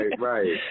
right